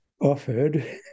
offered